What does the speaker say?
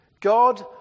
God